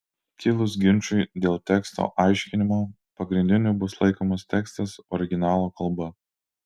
kilus ginčui dėl teksto aiškinimo pagrindiniu bus laikomas tekstas originalo kalba